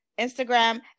Instagram